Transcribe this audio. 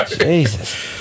Jesus